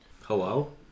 Hello